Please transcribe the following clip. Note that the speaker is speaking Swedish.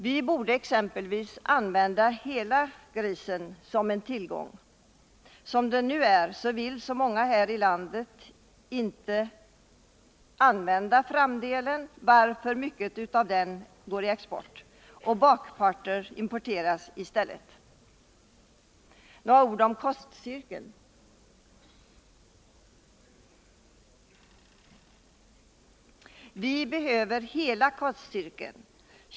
Vi borde exempelvis använda hela grisen som en tillgång. Som det nu är, vill många här i landet inte ha framdelen, varför mycket av den går på export, och bakparter importeras i stället. Så några ord om kostcirkeln, som nu visas på skärmen.